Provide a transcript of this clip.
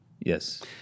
Yes